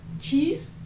Cheese